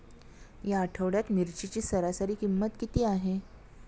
या आठवड्यात मिरचीची सरासरी किंमत किती आहे?